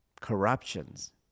corruptions